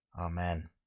Amen